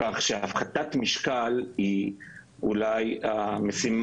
זה אולי משהו